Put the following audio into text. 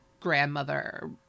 grandmother